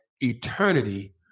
eternity